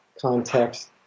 context